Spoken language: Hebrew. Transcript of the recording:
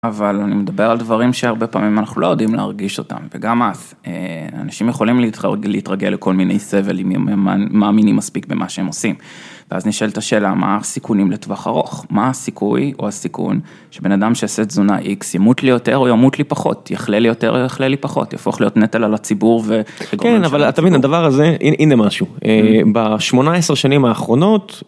אבל אני מדבר על דברים שהרבה פעמים אנחנו לא יודעים להרגיש אותם, וגם אז, אנשים יכולים להתרגל לכל מיני סבל אם הם מאמינים מספיק במה שהם עושים. ואז נשאלת שאלה, מה הסיכונים לטווח ארוך? מה הסיכוי או הסיכון שבן אדם שעושה תזונה X ימות לי יותר או ימות לי פחות, יכלה לי יותר או יכלה לי פחות, יפוך להיות נטל על הציבור וכל מיני שאלות. כן, אבל אתה מבין, הדבר הזה, הנה משהו. בשמונה עשר שנים האחרונות...